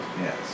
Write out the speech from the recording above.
Yes